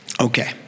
Okay